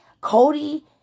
Cody